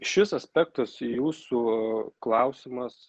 šis aspektas jūsų klausimas